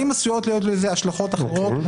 האם עשויות לזה השלכות אחרות,